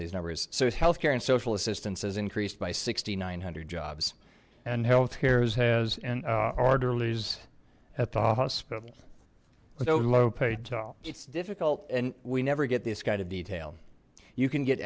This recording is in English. on these numbers so health care and social assistance has increased by sixty nine hundred jobs and health care's has an orderly's at the hospital no low paid talk it's difficult and we never get this guy to detail you can get